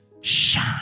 shine